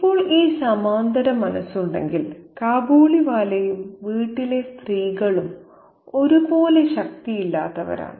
ഇപ്പോൾ ഈ സമാന്തര മനസ്സുണ്ടെങ്കിൽ കാബൂളിവാലയും വീട്ടിലെ സ്ത്രീകളും ഒരുപോലെ ശക്തിയില്ലാത്തവരാണ്